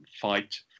fight